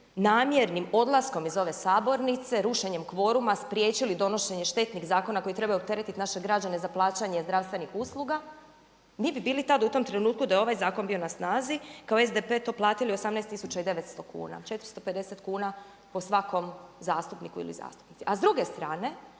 namjernim odlaskom iz ove sabornice rušenjem kvoruma spriječili donošenje štetnih zakona koji treba opteretiti naše građane za plaćanje zdravstvenih usluga mi bi bili tad u tom trenutku da je ovaj zakon bio na snazi kao SDP to platili 18 900 kuna, 450 kuna po svakom zastupniku ili zastupnici. A s druge strane